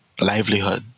livelihood